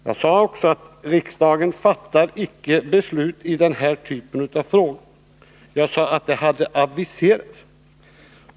Jag sade också att riksdagen icke fattar beslut i den här typen av frågor. Jag sade att det hade aviserats beslut.